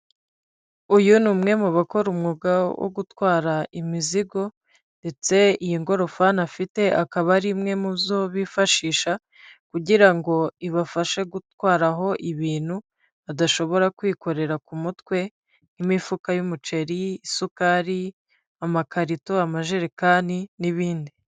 uyu ni umwe mu bakora umwuga wo gutwara imizigo ndetse iyi ngorofani afite akaba ari imwe mu zo bifashisha kugira ngo ibafashe gutwaraho ibintu badashobora kwikorera ku mutwe, nk'imifuka y'umuceri, isukari, amakarito, amajerekani n'ibindi.